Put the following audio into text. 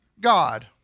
God